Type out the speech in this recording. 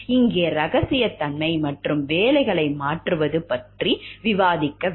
இங்கே இரகசியத்தன்மை மற்றும் வேலைகளை மாற்றுவது பற்றி விவாதிப்போம்